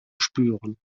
spüren